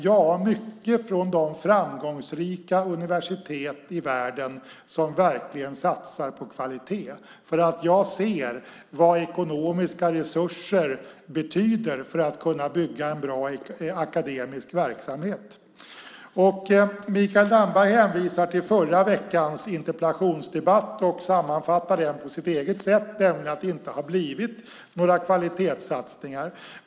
Jag får mycket inspiration från de framgångsrika universitet i världen som verkligen satsar på kvalitet därför att jag ser vad ekonomiska resurser betyder för att man ska kunna bygga en bra akademisk verksamhet. Mikael Damberg hänvisar till förra veckans interpellationsdebatt och sammanfattar den på sitt eget sätt, nämligen att det inte har blivit några kvalitetssatsningar.